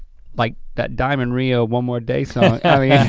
like that diamond rio one more day song, yeah yeah